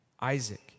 Isaac